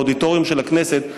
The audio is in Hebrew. באודיטוריום של הכנסת,